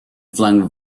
flung